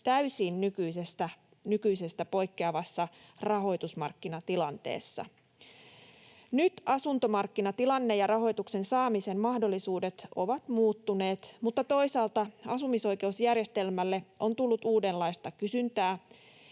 täysin nykyisestä poikkeavassa rahoitusmarkkinatilanteessa. Nyt asuntomarkkinatilanne ja rahoituksen saamisen mahdollisuudet ovat muuttuneet, mutta toisaalta asumisoikeusjärjestelmälle on tullut uudenlaista kysyntää